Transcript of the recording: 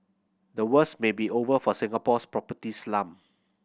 the worst may be over for Singapore's property slump